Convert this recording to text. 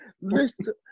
Listen